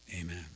Amen